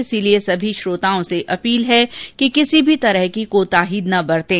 इसलिए सभी श्रोताओं से अपील है कि कोई भी कोताही न बरतें